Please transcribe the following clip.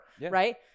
right